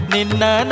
Nina